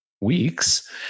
weeks